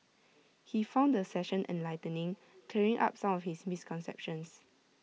he found the session enlightening clearing up some of his misconceptions